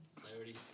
clarity